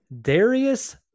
Darius